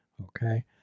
Okay